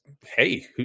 hey